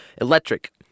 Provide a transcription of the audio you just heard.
electric